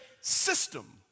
system